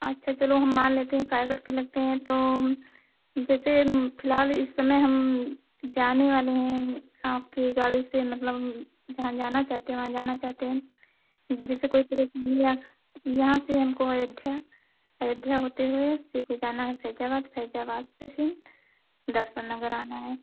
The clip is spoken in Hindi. अच्छा चलो हम मान लेते हैं फाइबर के लगे हैं तो जैसे इस समय फिलहाल जाने वाले हैं आपकी गाड़ी से मतलब जहाँ जाना चाहते हैं वहाँ जाना चाहते हैं जैसे कोई परेशानी या यहाँ से हमको अयोध्या अयोध्या होते हुए फिर से जाना है फैजाबाद फैजाबाद से फिर दर्शन नगर आना है